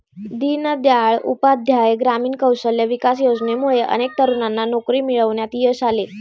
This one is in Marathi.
दीनदयाळ उपाध्याय ग्रामीण कौशल्य विकास योजनेमुळे अनेक तरुणांना नोकरी मिळवण्यात यश आले